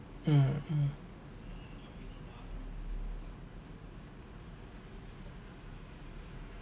um um